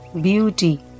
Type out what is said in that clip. beauty